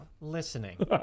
listening